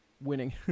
winning